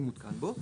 אם מותקן בו,